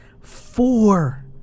four